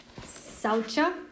Salcha